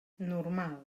normal